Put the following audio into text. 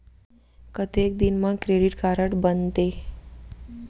कतेक दिन मा क्रेडिट कारड बनते?